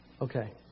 Okay